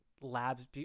labs